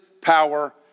power